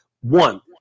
One